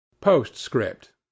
postscript